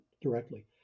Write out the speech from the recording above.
directly